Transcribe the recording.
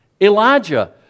Elijah